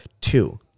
Two